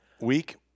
week